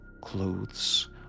clothes